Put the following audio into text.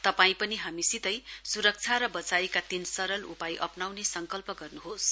तपाई पनि हामीसितै सुरक्षा र वचाइका तीन सरल उपाय अप्नाउने संकल्प गर्नुहोस